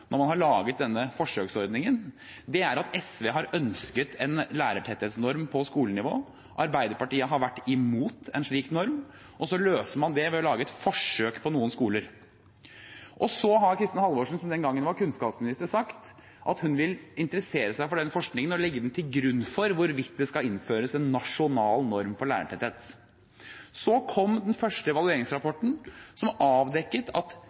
man har laget denne forsøksordningen: SV har ønsket en lærertetthetsnorm på skolenivå, Arbeiderpartiet har vært imot en slik norm, og så løste man det ved å lage et forsøk på noen skoler. Så har Kristin Halvorsen, som den gang var kunnskapsminister, sagt at hun vil interessere seg for den forskningen og legge den til grunn for hvorvidt det skal innføres en nasjonal norm for lærertetthet. Så kom den første evalueringsrapporten, som avdekket at